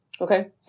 Okay